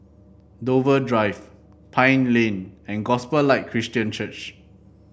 Dover Drive Pine Lane and Gospel Light Christian Church